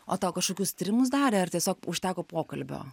o tau kažkokius tyrimus darė ar tiesiog užteko pokalbio